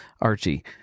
Archie